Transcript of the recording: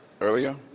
earlier